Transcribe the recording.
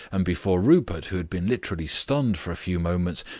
and before rupert, who had been literally stunned for a few moments,